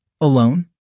Alone